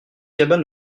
cabane